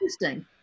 interesting